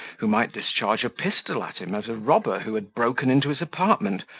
who might discharge a pistol at him as a robber who had broken into his apartment,